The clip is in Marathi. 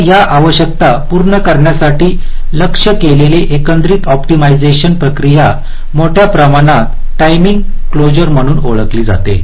तर या आवश्यकता पूर्ण करण्यासाठी लक्ष्य केलेली एकंदरीत ऑप्टिमायझेशन प्रक्रिया मोठ्या प्रमाणात टाईमिंग क्लासर म्हणून ओळखली जाते